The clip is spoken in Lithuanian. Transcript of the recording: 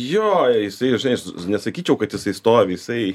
jo jisai aš žinai aš nesakyčiau kad jisai stovi jisai